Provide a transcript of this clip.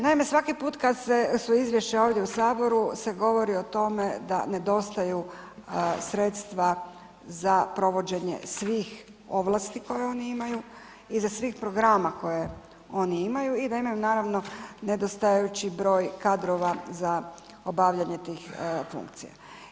Naime svaki put kad su izvješća ovdje u Saboru se govori o tome da nedostaju sredstva za provođenje svih ovlasti koje oni imaju, i za svih programa koje oni imaju i da imaju naravno nedostajući broj kadrova za obavljanje tih funkcija.